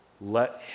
let